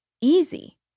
easy